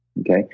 okay